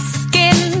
skin